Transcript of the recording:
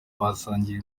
basangiye